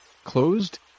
Closed